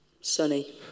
Sunny